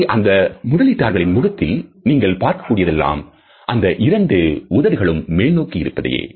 இங்கு அந்த முதலீட்டாளர்களின் முகத்தில் நீங்கள் பார்க்கக்கூடிய தெல்லாம் அந்த இரண்டு உதடுகளும் மேல்நோக்கி இருப்பதையே